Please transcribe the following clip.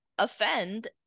offend